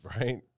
right